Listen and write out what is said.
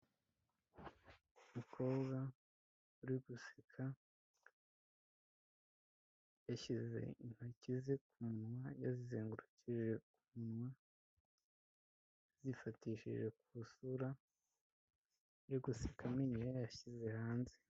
Umukobwa uri guseka yashyize intoki ze ku munwa yazizengukije umunwa, zifatishije ku isura ari guseka amenyo yayashyize hanze.